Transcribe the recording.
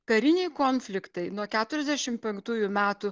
kariniai konfliktai nuo keturiasdešim penktųjų metų